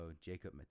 Jacob